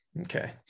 okay